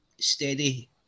steady